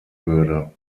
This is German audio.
würde